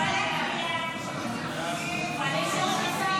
הצעות סיעות הימין הממלכתי